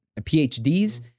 PhDs